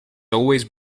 always